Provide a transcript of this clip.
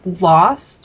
lost